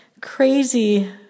crazy